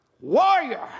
warrior